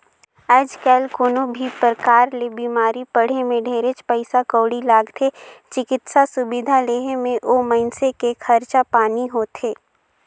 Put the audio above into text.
आयज कायल कोनो भी परकार ले बिमारी पड़े मे ढेरेच पइसा कउड़ी लागथे, चिकित्सा सुबिधा लेहे मे ओ मइनसे के खरचा पानी होथे